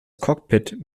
cockpit